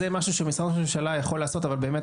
זה משהו שמשרד ראש הממשלה יכול לעשות אבל רק